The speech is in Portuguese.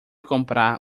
comprar